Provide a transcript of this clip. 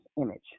image